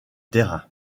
terrains